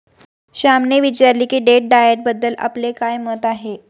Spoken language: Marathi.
श्यामने विचारले की डेट डाएटबद्दल आपले काय मत आहे?